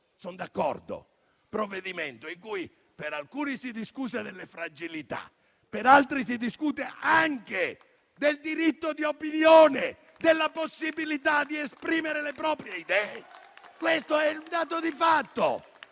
sono d'accordo - provvedimento, nel quale per alcuni si discute delle fragilità e per altri anche del diritto di opinione, della possibilità di esprimere le proprie idee: questo è un dato di fatto.